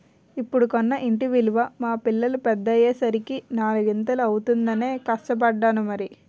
ఇప్పుడు కొన్న ఇంటి విలువ మా పిల్లలు పెద్దయ్యే సరికి నాలిగింతలు అవుతుందనే కష్టపడ్డాను మరి